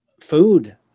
food